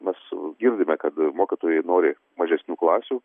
mes girdime kad mokytojai nori mažesnių klasių